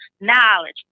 knowledge